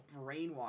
brainwash